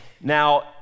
Now